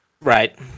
right